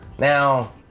now